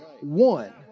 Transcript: one